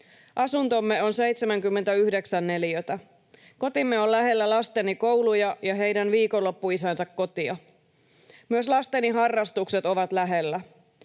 Asuntomme on 79 neliötä. Kotimme on lähellä lasteni kouluja ja heidän viikonloppuisänsä kotia. Myös lasteni harrastukset ovat lähellä.